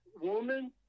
Woman